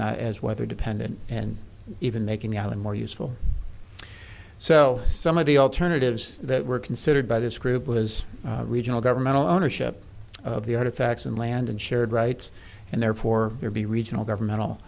not as weather dependent and even making the island more useful so some of the alternatives that were considered by this group was regional governmental ownership of the artifacts and land and shared rights and therefore there be regional governmental